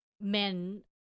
men